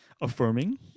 affirming